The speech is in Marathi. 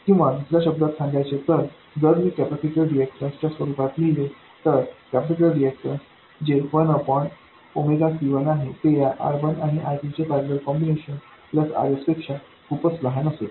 किंवा दुसऱ्या शब्दांत सांगायचे तर जर मी कॅपेसिटर रीऐक्टन्स च्या स्वरूपात लिहिले तर कॅपेसिटर रीऐक्टन्स जे 1 C1आहे ते या R1आणिR2 चे पैरलेल कॉम्बिनेशन प्लस RS पेक्षा खूपच लहान असेल